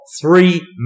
three